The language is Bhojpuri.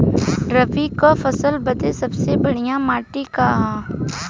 रबी क फसल बदे सबसे बढ़िया माटी का ह?